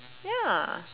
ya